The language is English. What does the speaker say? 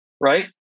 right